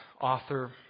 author